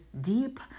deep